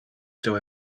still